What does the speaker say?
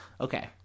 Okay